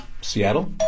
Seattle